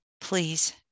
Please